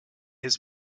his